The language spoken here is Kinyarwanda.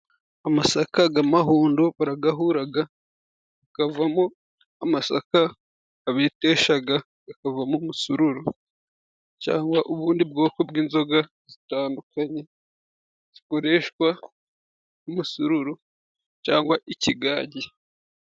Amasaka g'amahundo baragahuraga gakavamo amasaka babeteshaga hakavamo umusururu cangwa ubundi bwoko bw'inzoga zitandukanye zikoreshwa n'umusururu cyangwa ikigagi.